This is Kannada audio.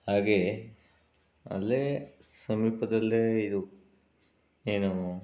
ಹಾಗೆಯೇ ಅಲ್ಲೇ ಸಮೀಪದಲ್ಲೇ ಇದು ಏನು